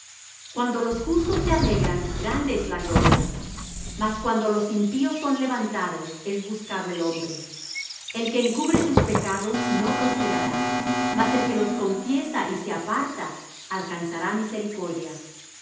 cuando los justos se alegran grande es la gloria mas cuando los impíos son levantados es buscado el hombre el que encubre sus pecados no prosperará mas el que los confiesa y se aparta alcanzará misericordia